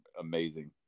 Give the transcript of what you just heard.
amazing